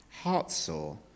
heart-sore